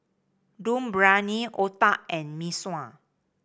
Dum Briyani otah and Mee Sua